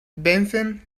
vencen